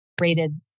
rated